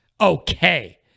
okay